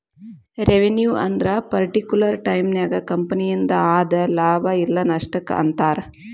revenue ಅಂದ್ರ particular ಟೈಮನ್ಯಾಗ ಕಂಪನಿಯಿಂದ ಆದ ಲಾಭ ಇಲ್ಲ ನಷ್ಟಕ್ಕ ಅಂತಾರ